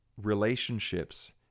relationships